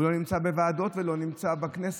הוא לא נמצא בוועדות ולא נמצא בכנסת.